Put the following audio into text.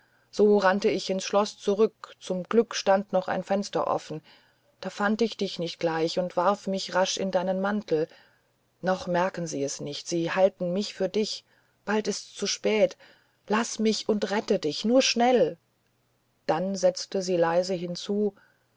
so rannte ich ins schloß zurück zum glück stand noch ein fenster offen da fand ich dich nicht gleich und warf mich rasch in deinen mantel noch merken sie es nicht sie halten mich für dich bald ist's zu spät laß mich und rette dich nur schnell dann setzte sie leiser hinzu